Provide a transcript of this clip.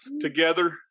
together